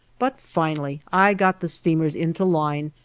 but finally i got the steamers into line,